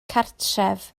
cartref